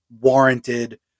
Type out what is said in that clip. warranted